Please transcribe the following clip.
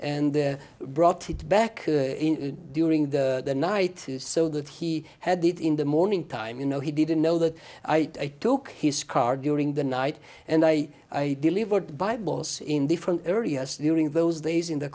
in during the night so that he had it in the morning time you know he didn't know that i took his car during the night and i delivered bibles in different areas during those days in the